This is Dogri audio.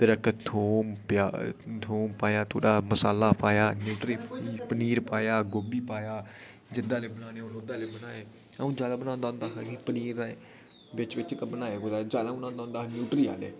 फिर एह्दे च थोम थोम पाया थोह्ड़ा मसाला पाया न्यूट्री पनीर पाया गोभी पाया जेह्दे आह्ले बनाने होग ओह्दे आह्ले बनाए अं'ऊ जादै बनांदा होंदा हा पनीर आह्ले बिच बिच बनाए कुदै जादै अं'ऊ बनांदा होंदा हा न्यूट्री आह्ले